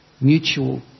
mutual